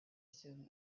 soon